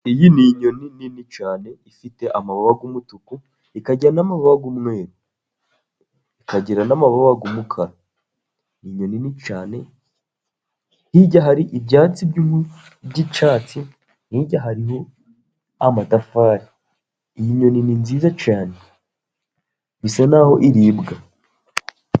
Iyi ni inyoni nini cyano ifite amababa y'umutuku, ikagira n'amabaga y'umweru, ikagira n'amababa y'umukara. Ni inyoni nini cyane, hirya hari ibyatsi by'icyatsi, hirya hari amatafari, iyi nyoni ni nziza cyane, bisa naho iribwa.